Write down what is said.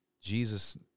Jesus